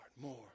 more